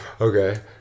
Okay